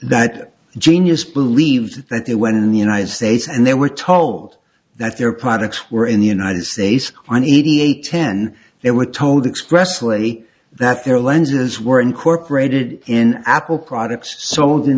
that genius believed that they went in the united states and they were told that their products were in the united states on eighty eight ten they were told expressly that their lenses were incorporated in apple products sold in